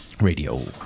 radio